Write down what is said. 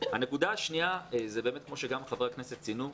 הנקודה השנייה זה באמת כמו שגם חברי הכנסת ציינו,